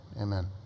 amen